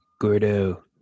gordo